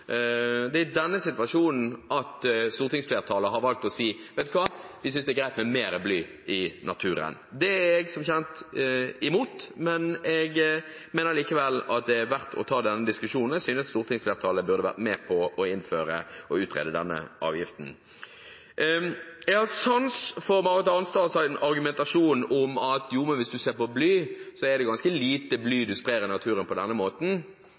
stortingsflertallet har valgt å si: Vet du hva, vi synes det er greit med mer bly i naturen. Det er jeg, som kjent, imot, men jeg mener likevel det er verdt å ta denne diskusjonen, og jeg synes stortingsflertallet burde være med på å innføre denne avgiften. Jeg har sans for Marit Arnstads argumentasjon om at hvis en ser på bly, er det ganske lite bly en sprer i naturen på denne måten.